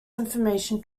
information